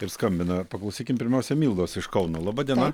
ir skambina paklausykim pirmiausia mildos iš kauno laba diena